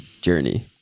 journey